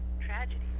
tragedy